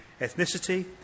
Ethnicity